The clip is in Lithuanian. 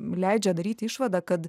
leidžia daryti išvadą kad